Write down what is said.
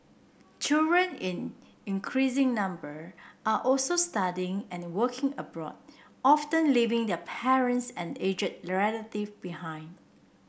children in increasing number are also studying and working abroad often leaving their parents and aged relatives behind